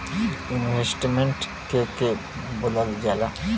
Investment के के बोलल जा ला?